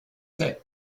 sec